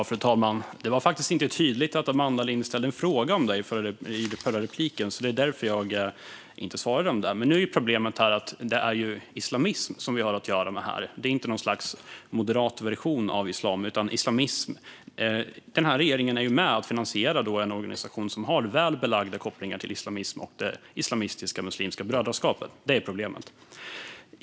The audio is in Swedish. Fru talman! Det var inte tydligt för mig att Amanda Lind ställde en fråga till mig i förra inlägget. Det var därför jag inte svarade på det. Nu är problemet att det är islamism som vi har att göra med här. Det är inte något slags moderat version av islam. Den här regeringen är med och finansierar en organisation som har väl belagda kopplingar till islamism och islamistiska Muslimska brödraskapet. Det är problemet.